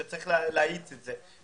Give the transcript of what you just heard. שצריך להאיץ את זה.